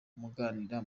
muganira